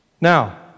Now